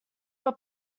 were